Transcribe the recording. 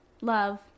Love